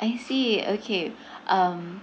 I see okay um